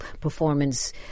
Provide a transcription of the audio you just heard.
performance